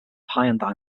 hyundai